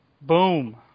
boom